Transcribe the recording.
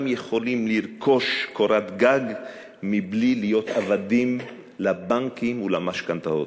יכולים לרכוש קורת גג בלי להיות עבדים לבנקים ולמשכנתאות.